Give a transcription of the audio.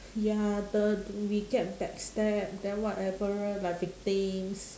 ya the we get back stab then whatever like victims